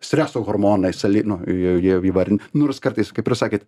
streso hormonai saly nu jie jie įvardin nu ir jis kartais kaip ir sakėt